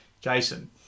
Jason